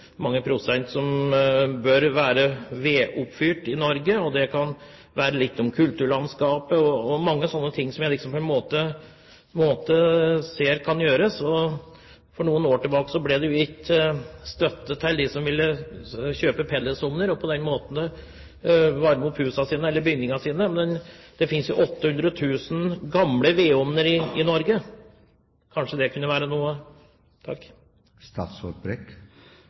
mange prosent som bør være vedoppfyrt i Norge. Det kan være litt om kulturlandskapet og mange slike ting som jeg ser kan gjøres. For noen år tilbake ble det jo gitt støtte til dem som ville kjøpe pelletsovner og på den måten varme opp husene sine eller bygningene sine. Men det finnes jo 800 000 gamle vedovner i Norge. Kanskje det kunne være noe?